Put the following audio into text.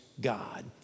God